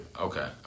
Okay